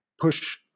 push